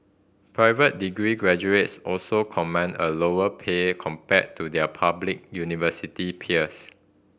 private degree graduates also command a lower pay compared to their public university peers